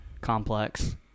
complex